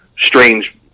strange